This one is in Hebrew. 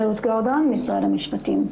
משרד המשפטים.